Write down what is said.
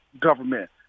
government